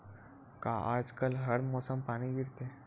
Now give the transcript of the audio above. का आज कल हर मौसम पानी गिरथे?